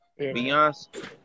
Beyonce